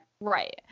Right